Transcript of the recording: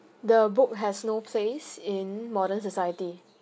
the book has no place in modern society